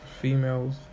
females